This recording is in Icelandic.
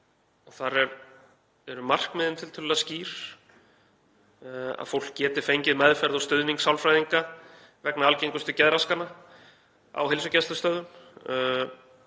Þar eru markmiðin tiltölulega skýr, að fólk geti fengið meðferð og stuðning sálfræðinga vegna algengustu geðraskana á heilsugæslustöðvum.